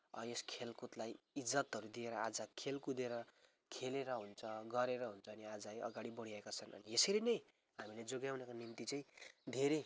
यस खेलकुदलाई इज्जतहरू दिएर आज खेल कुदेर खेलेर हुन्छ गरेर हुन्छ नि आज है अघि बढेका छन् यसरी नै हामीले जोगाउनका निम्ति चाहिँ धेरै